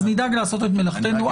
אז נדאג לעשות את מלאכתנו.